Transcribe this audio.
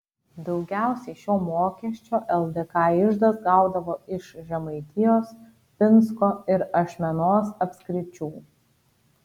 daugiausiai šio mokesčio ldk iždas gaudavo iš žemaitijos pinsko ir ašmenos apskričių